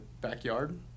backyard